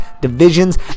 divisions